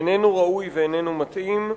איננו ראוי ואיננו מתאים.